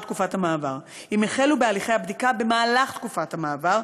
תקופת המעבר אם החלו בהליכי הבדיקה במהלך תקופת המעבר,